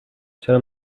چرا